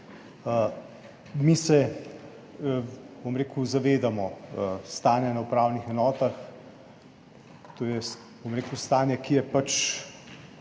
Mi se zavedamo stanja na upravnih enotah. To je stanje, ki je